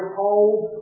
hold